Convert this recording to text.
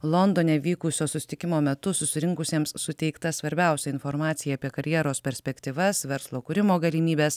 londone vykusio susitikimo metu susirinkusiems suteikta svarbiausia informacija apie karjeros perspektyvas verslo kūrimo galimybes